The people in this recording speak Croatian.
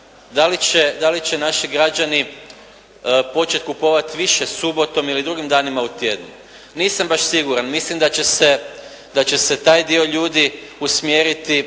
da li će naši građani početi kupovati više subotom ili drugim danima u tjednu? Nisam baš siguran. Mislim da će se taj dio ljudi usmjeriti